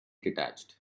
detached